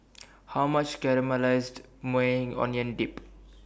How much Caramelized Maui Onion Dip